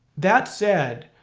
that said,